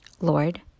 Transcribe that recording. Lord